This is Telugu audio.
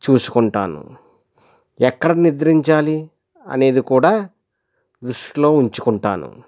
చూసుకుంటాను ఎక్కడ నిద్రించాలి అనేది కూడా దృష్టిలో ఉంచుకుంటాను